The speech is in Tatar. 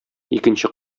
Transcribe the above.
икенче